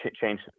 change